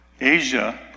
Asia